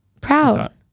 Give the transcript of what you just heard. Proud